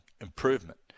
improvement